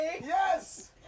Yes